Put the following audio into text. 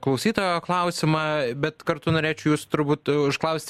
klausytojo klausimą bet kartu norėčiau jus turbūt užklausti